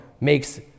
makes